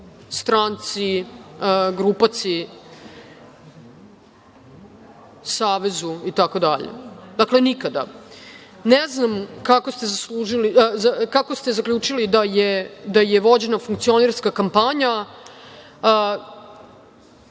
stranci, grupaciji, savezu itd, dakle nikada. Ne znam kako ste zaključili da je vođena funkcionerska kampanja.